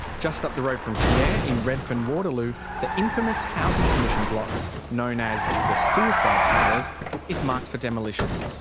just up the road from pierre in redfern waterloo, the infamous housing commission block known as the suicide towers is marked for demolition.